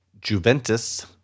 Juventus